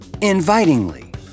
invitingly